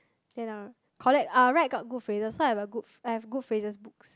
then I'll collect ah write good phrases so I have a good I have a good phrases book